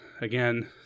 again